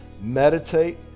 meditate